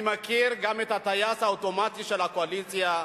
אני מכיר גם את הטייס האוטומטי של הקואליציה.